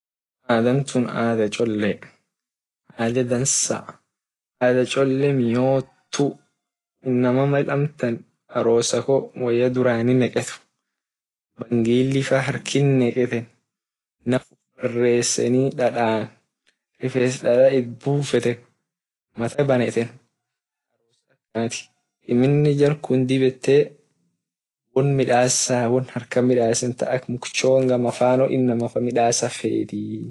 Ada tun ada cholle ada dansa ada cholle miyotu inama mal amtan arosa koo woya durani neket bangili faa harkit neketen naf bareseni dadan rifes dada it bufeten mata daten amine dib ete won midasa won harkit neketen ak mchongoafa ak inama midasa.